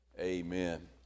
Amen